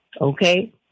Okay